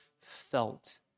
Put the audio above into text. felt